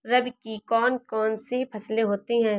रबी की कौन कौन सी फसलें होती हैं?